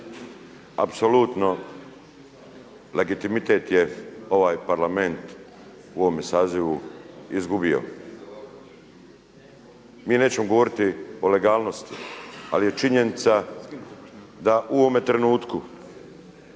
apsolutno legitimitet je ovaj Parlament u ovome sazivu izgubio. Mi nećemo govoriti o legalnosti, ali je činjenica da u ovome trenutku